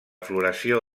floració